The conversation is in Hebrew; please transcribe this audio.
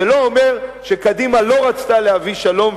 זה לא אומר שקדימה לא רצתה להביא שלום,